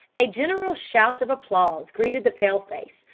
a general shout of applause greeted the pale-face,